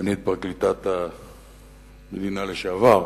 סגנית פרקליטת המדינה לשעבר,